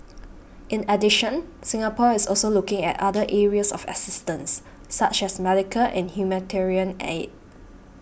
in addition Singapore is also looking at other areas of assistance such as medical and humanitarian aid